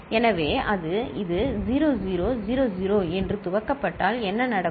எனவே அது இது 0 0 0 0 என்று துவக்கப்பட்டால் என்ன நடக்கும்